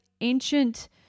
ancient